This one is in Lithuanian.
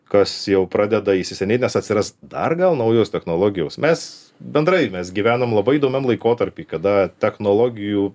kas jau pradeda įsisenėt nes atsiras dar gal naujos technologijos mes bendrai mes gyvenam labai įdomiam laikotarpy kada technologijų